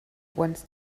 once